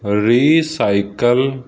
recycle